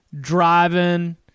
driving